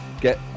Get